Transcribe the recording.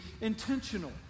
intentional